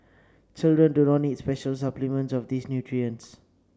children do not need special supplements of these nutrients